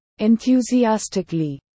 Enthusiastically